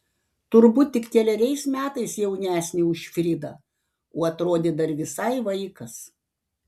turbūt tik keleriais metais jaunesnė už fridą o atrodė dar visai vaikas